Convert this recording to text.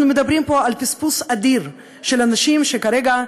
אנחנו מדברים פה על פספוס אדיר של אנשים שכרגע,